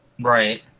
Right